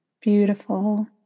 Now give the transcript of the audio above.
Beautiful